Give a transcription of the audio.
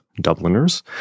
Dubliners